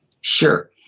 Sure